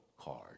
card